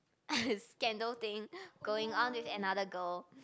scandal thing going on with another girl